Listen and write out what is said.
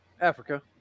Africa